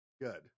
Good